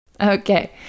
okay